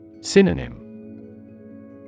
Synonym